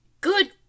good